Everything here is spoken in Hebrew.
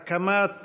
אושרה הקמת